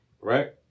right